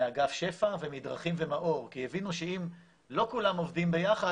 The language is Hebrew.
מאגף שפ"ע ומדרכים ומאור כי הבינו שאם לא כולם עובדים ביחד,